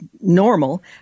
normal